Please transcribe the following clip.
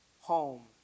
home